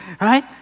Right